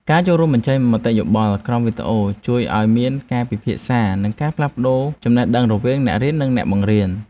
ការចូលរួមបញ្ចេញមតិយោបល់ក្រោមវីដេអូជួយឱ្យមានការពិភាក្សា និងការផ្លាស់ប្តូរចំណេះដឹងរវាងអ្នករៀននិងអ្នកបង្រៀន។